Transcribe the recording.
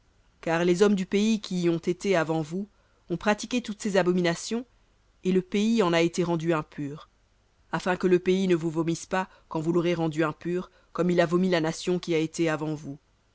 car les hommes du pays qui y ont été avant vous ont pratiqué toutes ces abominations et le pays en a été rendu impur afin que le pays ne vous vomisse pas quand vous l'aurez rendu impur comme il a vomi la nation qui y a été avant vous